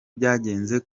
byagenze